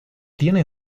tiene